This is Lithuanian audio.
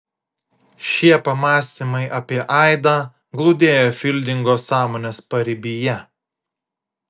šie pamąstymai apie aidą glūdėjo fildingo sąmonės paribyje